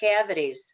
cavities